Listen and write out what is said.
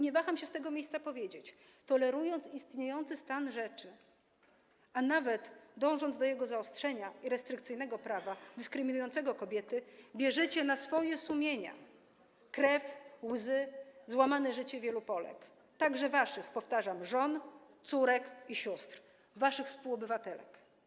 Nie waham się z tego miejsca powiedzieć: Tolerując istniejący stan rzeczy, a nawet dążąc do jego zaostrzenia i wprowadzenia restrykcyjnego prawa, dyskryminującego kobiety, bierzecie na swoje sumienia krew, łzy, złamane życie wielu Polek, także waszych, powtarzam, żon, córek i sióstr, waszych współobywatelek.